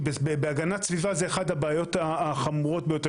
כי בהגנת סביבה זה אחת הבעיות החמורות ביותר.